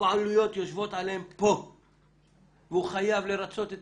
הבעלויות יושבות עליהם פה והוא חייב לרצות את